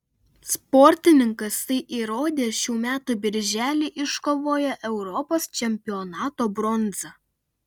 sportininkas tai įrodė šių metų birželį iškovoję europos čempionato bronzą